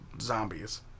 zombies